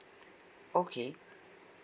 okay